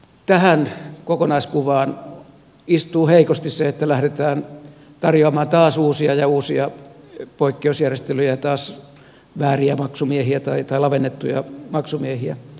tähän kokonaiskuvaan istuu heikosti se että lähdetään tarjoamaan taas uusia ja uusia poikkeusjärjestelyjä ja taas vääriä tai lavennettuja maksumiehiä ongelmille